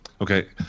Okay